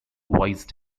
wise